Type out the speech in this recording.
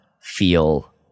feel